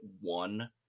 one